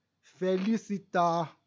felicita